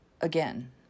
again